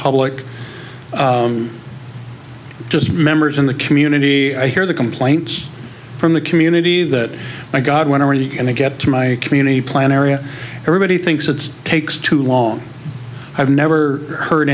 public just members in the community i hear the complaints from the community that my god when i'm ready and i get to my community plan area everybody thinks it's takes too long i've never heard